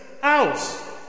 house